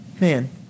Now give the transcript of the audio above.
Man